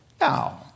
Now